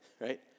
Right